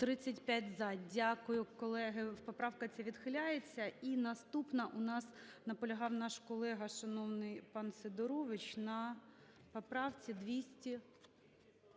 За-35 Дякую, колеги. Поправка ця відхиляється. І наступна у нас, наполягав наш колега шановний пан Сидорович на поправці…